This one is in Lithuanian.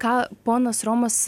ką ponas romas